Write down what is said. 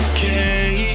Okay